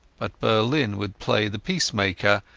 but berlin would play the peacemaker,